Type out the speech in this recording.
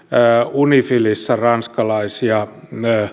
unifilissä ranskalaisia